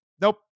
Nope